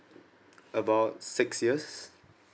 about six years